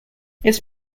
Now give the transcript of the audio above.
its